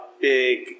big